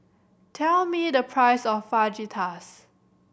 tell me the price of Fajitas